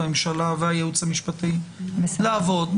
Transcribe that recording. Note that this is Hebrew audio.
הממשלה והייעוץ המשפטי לעבוד.